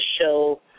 show